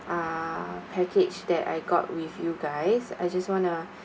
uh package that I got with you guys I just want to